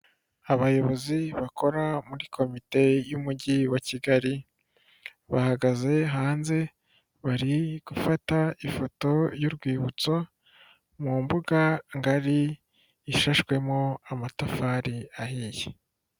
Abayobozi bakora muri komite y'umujyi wa Kigali bahagaze hanze bari gufata ifoto y'urwibutso mu mbuga ngari ishashwemo amatafari ahiye.